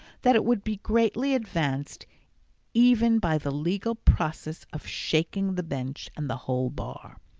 that it would be greatly advanced even by the legal process of shaking the bench and the whole bar.